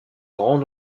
grand